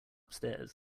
upstairs